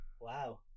Wow